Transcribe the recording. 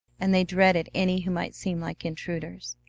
and they dreaded any who might seem like intruders.